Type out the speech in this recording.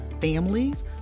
families